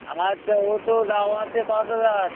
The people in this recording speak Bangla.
আচ্ছা ও তো দাম আছে পাঁচ হাজার